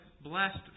blessed